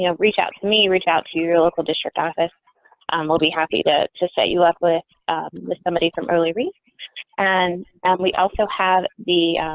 you know reach out to me reach out to your local district office um will be happy to to set you up with with somebody from early research and and we also have the